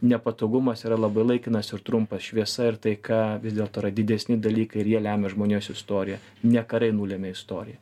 nepatogumas yra labai laikinas ir trumpas šviesa ir taika vis dėlto yra didesni dalykai ir jie lemia žmonijos istoriją ne karai nulemia istoriją